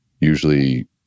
usually